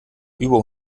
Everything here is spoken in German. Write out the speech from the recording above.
über